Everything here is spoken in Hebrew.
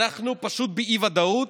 אנחנו פשוט באי-ודאות.